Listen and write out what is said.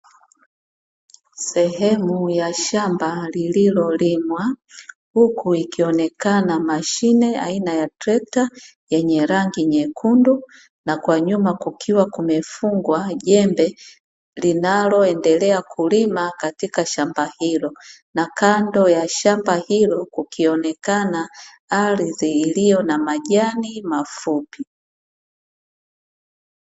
Sehemu ya shamba lililolimwa, huku ikionekana mashine aina ya trekta yenye rangi nyekundu na kwa nyuma kukiwa kumefungwa jembe linaloendelea kulima katika shamba hilo, na kando ya shamba hilo ukionekana ardhi iliyo na majani mafupi.